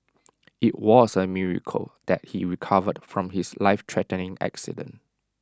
IT was A miracle that he recovered from his lifethreatening accident